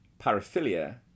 paraphilia